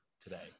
today